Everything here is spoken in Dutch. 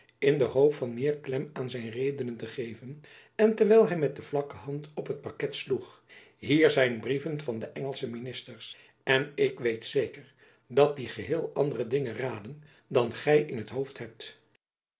in de hoop van meer klem aan zijn redenen te geven en terwijl hy met de vlakke hand op het paket sloeg hier zijn brieven van de engelsche ministers en ik weet zeker dat die geheel andere dingen raden dan gy in t hoofd hebt